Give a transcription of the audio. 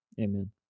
Amen